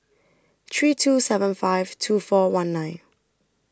three two seven five two four one nine